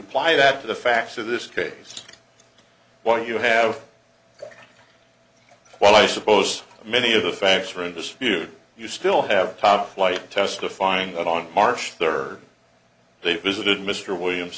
apply that to the facts of this case while you have well i suppose many of the facts are in dispute you still have top flight testifying on march third they visited mr williams